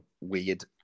weird